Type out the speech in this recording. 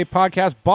podcast